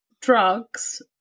drugs